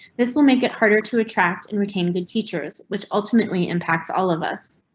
this will make it harder to attract and retain good teachers, which ultimately impacts all of us.